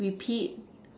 repeat